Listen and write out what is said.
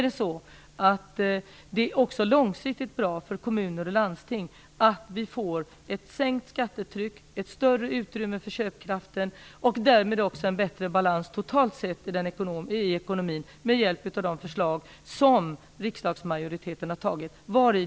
Det är också långsiktigt bra för kommuner och landsting att vi får ett sänkt skattetryck, ett större utrymme för köpkraften och därmed också en bättre balans totalt sett i ekonomin med hjälp av de förslag som riksdagsmajoriteten har antagit.